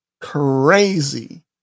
crazy